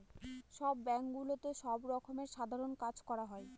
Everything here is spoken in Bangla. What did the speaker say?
সব ব্যাঙ্কগুলোতে সব রকমের সাধারণ কাজ করা হয়